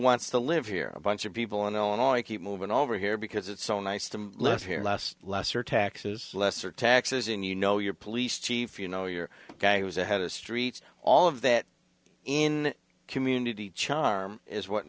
wants to live here bunch of people in illinois i keep moving over here because it's so nice to live here less less or taxes less or taxes and you know your police chief you know your guy who's ahead of streets all of that in a community charm is what